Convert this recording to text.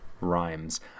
rhymes